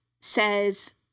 says